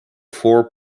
four